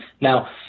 Now